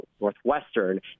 Northwestern